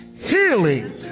healing